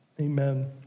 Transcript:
amen